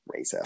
racist